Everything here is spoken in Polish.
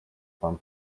pan